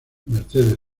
mercedes